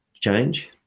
change